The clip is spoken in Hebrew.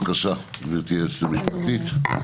בקשה, גברתי היועצת המשפטית.